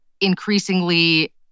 increasingly